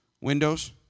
Windows